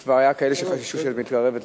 כבר היו כאלה שחששו שאת מתקרבת למליאה.